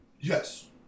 yes